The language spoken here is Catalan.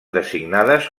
designades